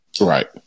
right